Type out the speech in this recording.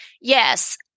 Yes